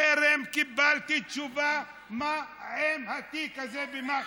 וטרם קיבלתי תשובה מה עם התיק הזה במח"ש.